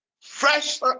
fresh